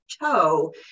toe